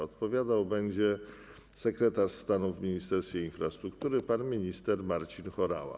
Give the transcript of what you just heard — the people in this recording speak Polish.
Odpowiadał będzie sekretarz stanu w Ministerstwie Infrastruktury pan minister Marcin Horała.